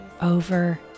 over